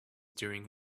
during